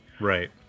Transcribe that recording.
right